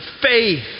faith